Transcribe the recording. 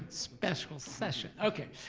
special session. okay,